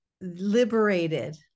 Liberated